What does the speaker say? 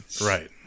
Right